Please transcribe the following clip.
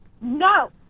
No